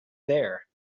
there